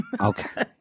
Okay